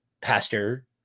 pastor